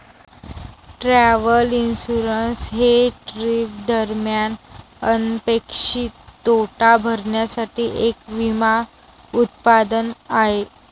travel insurance हे trip दरम्यान अनपेक्षित तोटा भरण्यासाठी एक विमा उत्पादन आहे